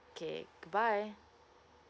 okay goodbye